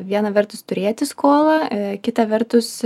viena vertus turėti skolą kita vertus